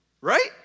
right